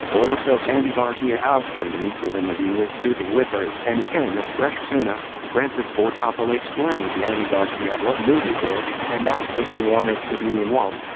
oil soaked andy garcia out from beneath the limousine with soothing whispers and a cann of fresh tuna, francis ford coppola explained to andy garcia what movies were, and asked if he wanted to be in one.